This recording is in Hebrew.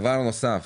דבר נוסף,